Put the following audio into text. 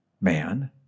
man